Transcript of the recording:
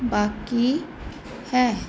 ਬਾਕੀ ਹੈ